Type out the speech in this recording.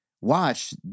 watch